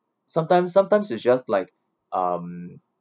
sometimes sometimes you just like um